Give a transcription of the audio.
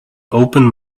open